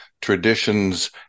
traditions